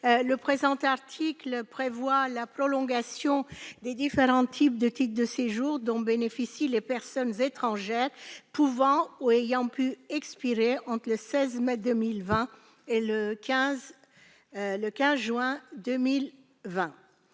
Le présent article prolonge les différents types de titres de séjour dont bénéficient les personnes étrangères pouvant ou ayant pu expirer entre le 16 mai et le 15 juin 2020.